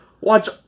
watch